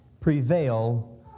prevail